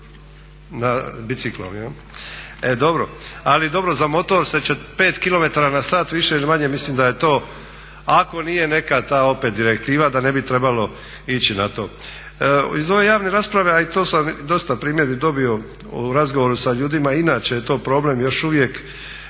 Nije? E dobro. Ali dobro, za motor se 5 km na sat više ili manje mislim da je to ako nije neka ta opet direktiva da ne bi trebalo ići na to. Iz ove javne rasprave, a i to sam dosta primjedbi dobio u razgovoru sa ljudima i inače je to problem još uvijek